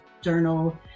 journal